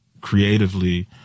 creatively